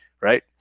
right